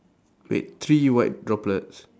wait three white droplets